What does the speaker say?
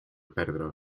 perdre